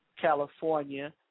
California